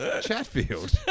Chatfield